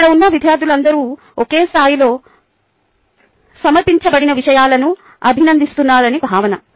అక్కడ ఉన్న విద్యార్థులందరూ ఒకే స్థాయిలో సమర్పించబడిన విషయాలను అభినందిస్తున్నారని భావన